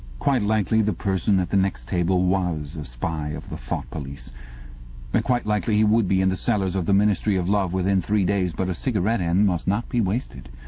quite likely the person at the next table was a spy of the thought police, and but quite likely he would be in the cellars of the ministry of love within three days, but a cigarette end must not be wasted.